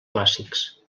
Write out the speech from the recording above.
clàssics